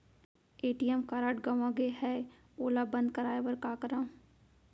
ATM card गंवा गे है ओला बंद कराये बर का करंव?